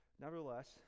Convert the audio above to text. Nevertheless